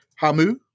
Hamu